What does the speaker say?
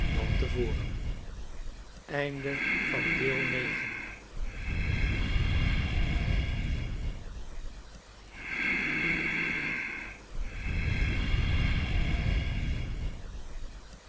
dan te voren